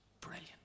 brilliant